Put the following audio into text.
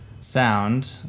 sound